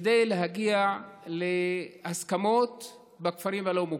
כדי להגיע להסכמות בכפרים הלא-מוכרים.